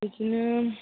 बिदिनो